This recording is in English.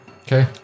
Okay